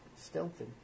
stealthy